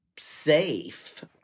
Safe